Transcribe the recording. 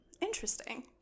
Interesting